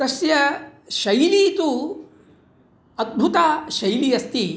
तस्य शैली तु अद्भुता शैली अस्ति